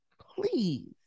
Please